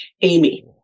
Amy